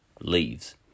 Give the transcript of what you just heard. leaves